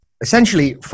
Essentially